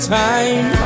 time